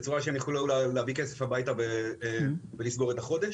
באופן שהם יוכלו להביא משכורת הביתה ולסגור את החודש.